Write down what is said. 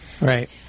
Right